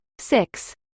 six